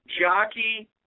jockey